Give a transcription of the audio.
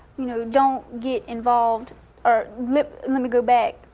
you know don't get involved or let let me go back.